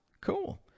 Cool